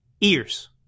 ears